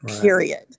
Period